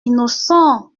innocent